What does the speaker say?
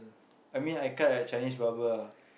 I mean I cut at Chinese barber ah